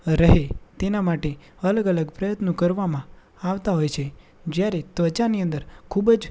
રહે તેના માટે અલગ અલગ પ્રયત્નો કરવામાં આવતા હોય છે જયારે ત્વચાની અંદર ખુબ જ